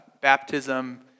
baptism